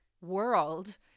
world